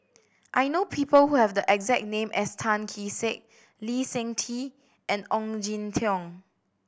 I know people who have the exact name as Tan Kee Sek Lee Seng Tee and Ong Jin Teong